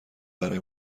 برای